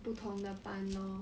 不同的班 lor